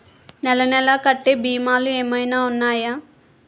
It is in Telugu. నెల నెల కట్టే భీమాలు ఏమైనా ఉన్నాయా?